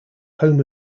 home